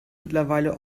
mittlerweile